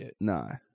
No